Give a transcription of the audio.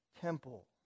temple